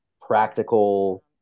practical